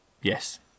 Yes